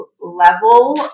level